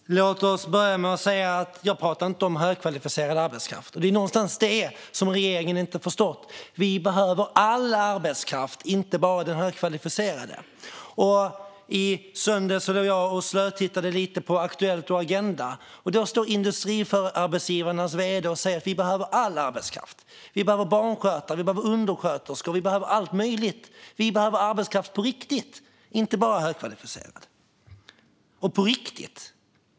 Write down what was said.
Fru talman! Låt oss börja med att säga att jag inte pratade om högkvalificerad arbetskraft. Det är ju detta som regeringen inte har förstått: Vi behöver all arbetskraft, inte bara den högkvalificerade. I söndags slötittade jag på Aktuellt och Agenda , och där stod Industriarbetsgivarnas vd och sa att vi behöver all arbetskraft. Vi behöver barnskötare och undersköterskor; vi behöver allt möjligt. Vi behöver på riktigt arbetskraft, inte bara högkvalificerad.